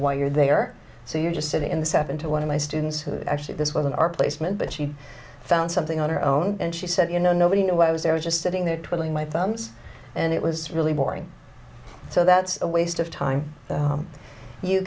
why you're there so you're just sitting in the seven to one of my students who actually this was in our placement but she found something on her own and she said you know nobody knew i was there was just sitting there twiddling my thumbs and it was really boring so that's a waste of time